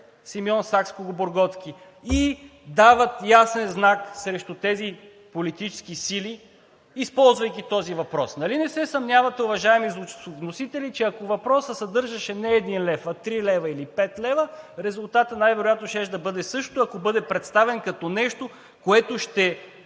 Симеон Сакскобургготски и дават ясен знак срещу тези политически сили, използвайки този въпрос. Нали не се съмнявате, уважаеми вносители, че ако въпросът съдържаше не един лев, а три лева или пет лева, резултатът най-вероятно щеше да бъде същият, ако бъде представен като нещо, което ще